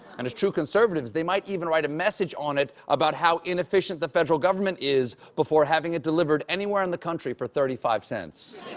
and as true conservatives, they might even write a message on it about how inefficient the federal government is before having it delivered anywhere in the country for thirty five cents.